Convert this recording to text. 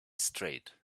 straight